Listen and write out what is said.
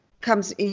comes